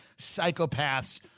psychopaths